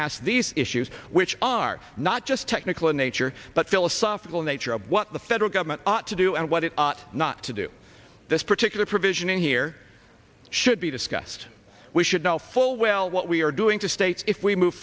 ask these issues which are not just technical in nature but philosophical nature of what the federal government ought to do and what it ought not to do this particular provision in here should be discussed we should know full well what we are doing to state if we move